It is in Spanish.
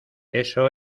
eso